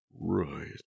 Right